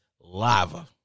lava